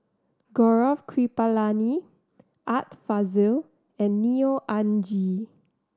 Gaurav Kripalani Art Fazil and Neo Anngee